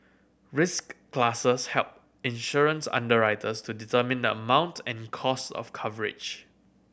risk classes help insurance underwriters to determine the amount and cost of coverage